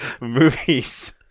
movies